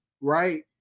right